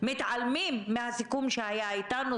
מתעלמים מהסיכום שהיה אתנו,